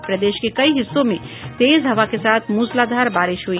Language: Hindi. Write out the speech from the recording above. और प्रदेश के कई हिस्सों में तेज हवा के साथ मूसलाधार बारिश हुई